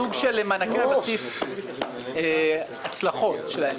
סוג של מענקי בסיס להצלחות שלהם.